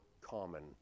common